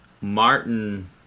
Martin